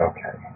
Okay